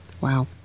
Wow